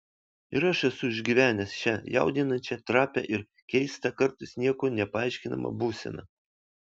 ir aš esu išgyvenęs šią jaudinančią trapią ir keistą kartais niekuo nepaaiškinamą būseną